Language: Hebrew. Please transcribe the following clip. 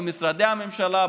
במשרדי הממשלה,